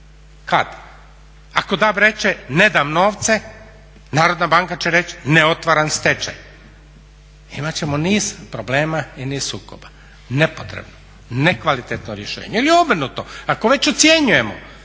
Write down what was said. kada, ako DAB reče ne dam novce, Narodna banka će reći ne otvaram stečaj. Imat ćemo niz problema i niz sukoba. Nepotrebno, nekvalitetno rješenje ili obrnuto, ako već ocjenjeno